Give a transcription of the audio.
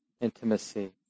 intimacy